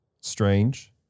Strange